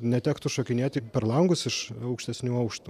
netektų šokinėti per langus iš aukštesnių aukštų